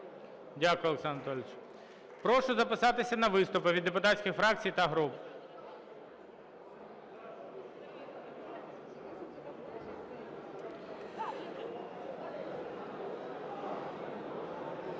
Дякую, Олександр Анатолійович. Прошу записатися на виступи від депутатських фракцій та груп.